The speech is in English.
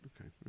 okay